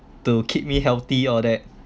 to keep me healthy all that